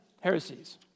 heresies